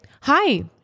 hi